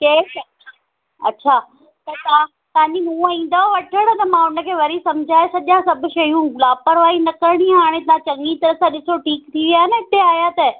केर अच्छा त तव्हां तव्हांजी नुंहुं ईंदव वठण त मां हुनखे वरी समुझाए छॾियां सभ शयूं लापरवाही न करिणी आहे हाणे तव्हां चङी तरह सां ॾिसो ठीकु थी विया न हिते आया त